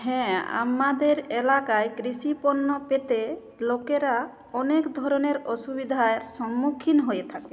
হ্যাঁ আমাদের এলাকায় কৃষি পণ্য পেতে লোকেরা অনেক ধরনের অসুবিধায় সম্মুখীন হয়ে থাকে